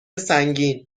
سنگین